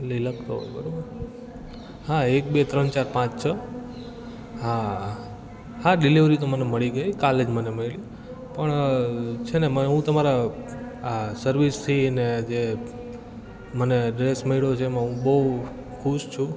એટલે લખો બરોબર હા એક બે ત્રણ ચાર પાંચ છ હા હા ડિલેવરી તો મને મળી ગઈ કાલેજ મને મળી પણ છે ને હું તમારા આ સર્વિસથીને જે મને ડ્રેસ મળ્યો છે એમાં હું બહુ ખુશ છું